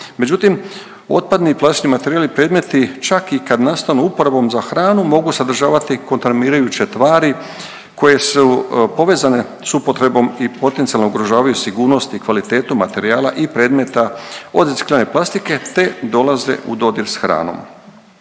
međutim, otpadni i plastični materijali i predmeti, čak i kad nastanu uporabom za hranu mogu sadržavati kontaminirajuće tvari koje su povezane s upotrebom i potencijalno ugrožavaju sigurnost i kvalitetu materijala i predmeta od reciklirane plastike te dolaze u dodir s hranom.